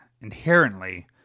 inherently